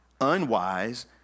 unwise